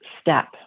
step